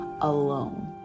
alone